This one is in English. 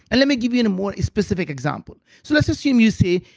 and let me give you and a more specific example. so let's assume you say,